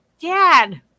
dad